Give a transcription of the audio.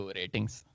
ratings